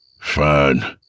Fine